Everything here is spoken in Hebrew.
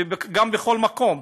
וגם בכל מקום.